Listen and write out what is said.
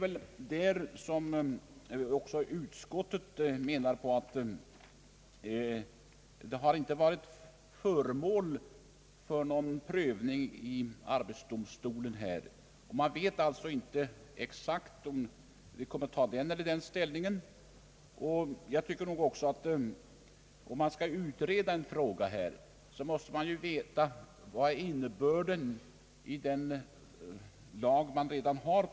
Utskottet anför att frågan inte varit föremål för prövning i arbetsdomstolen. Man vet alltså inte vilken ställning arbetsdomstolen kommer att inta. Om man skall utreda en fråga måste man ju innan man utreder veta innebörden i den lag man redan har.